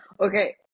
Okay